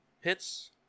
hits